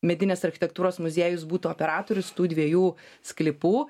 medinės architektūros muziejus būtų operatorius tų dviejų sklypų